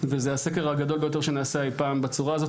וזה הסקר הגדול ביותר שנעשה אי פעם בצורה הזאת,